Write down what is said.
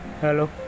hello